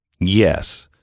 yes